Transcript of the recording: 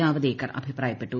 ജാവ്ദേക്കർ അഭിപ്രായപ്പെട്ടു